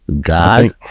God